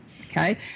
okay